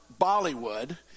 Bollywood